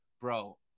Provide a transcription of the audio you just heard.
bro